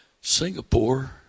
Singapore